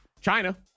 China